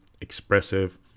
expressive